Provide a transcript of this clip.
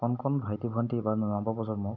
কণকণ ভাইটি ভণ্টি বা নৱপ্ৰজন্মক